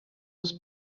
was